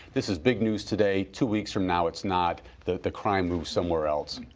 this is big news today. two weeks from now, it's not. the crime moves somewhere else.